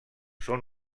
són